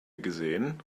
gesehen